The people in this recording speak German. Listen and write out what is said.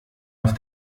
auf